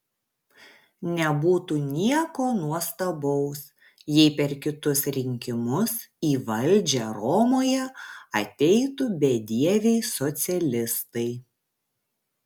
nebūtų nieko nuostabaus jei per kitus rinkimus į valdžią romoje ateitų bedieviai socialistai